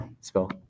spell